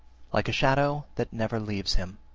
like a shadow that never leaves him.